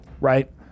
right